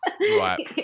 Right